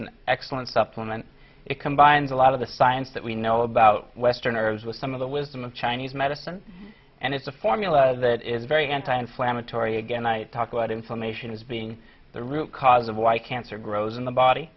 an excellent supplement it combines a lot of the science that we know about westerners with some of the wisdom of chinese medicine and it's a formula that is very anti inflammatory again i talk about inflammation is being the root cause of why cancer grows in the body